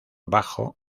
bajo